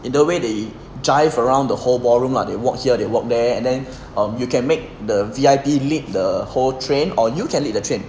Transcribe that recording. in the way they drive around the whole ballroom lah they walk here they walk there then um you can make the V_I_P lead the whole train or you can lead the train